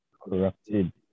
corrupted